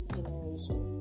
Generation